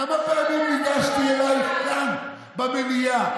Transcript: כמה פעמים ניגשתי אלייך כאן במליאה?